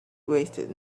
wasted